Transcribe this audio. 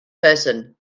person